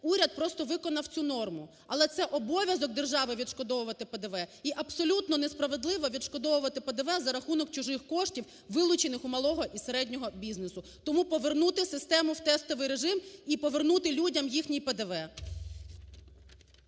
уряд просто виконав цю норму. Але це обов'язок держави – відшкодовувати ПДВ, і абсолютно несправедливо відшкодовувати ПДВ за рахунок чужих коштів, вилучених у малого і середнього бізнесу. Тому повернути систему у тестовий режим і повернути людям їхній ПДВ.